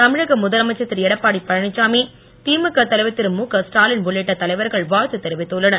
தமிழக முதலமைச்சர் திரு எடப்பாடி பழனிச்சாமி திமுக தலைவர் திரு முக ஸ்டாலின் உள்ளிட்ட தலைவர்கள் வாழ்த்து தெரிவித்துள்ளனர்